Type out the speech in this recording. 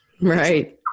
Right